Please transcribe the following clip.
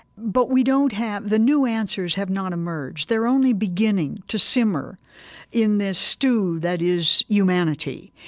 but we don't have the new answers have not emerged. they're only beginning to simmer in this stew that is humanity.